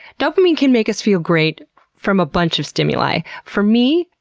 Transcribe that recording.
dopamine can make us feel great from a bunch of stimuli. for me,